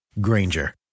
Granger